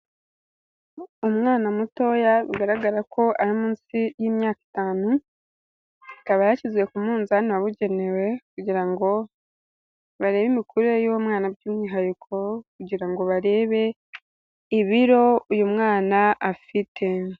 Umwana mutoya bigaragara ko ari munsi y'imyaka itanu, akaba yashyizwe ku munzani wabugenewe kugira ngo barebe imikurire y'uwo mwana by'umwihariko kugira ngo barebe ibiro uyu mwana afite.